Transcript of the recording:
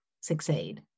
succeed